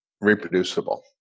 reproducible